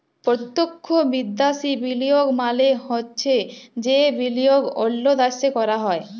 পত্যক্ষ বিদ্যাশি বিলিয়গ মালে হছে যে বিলিয়গ অল্য দ্যাশে ক্যরা হ্যয়